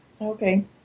okay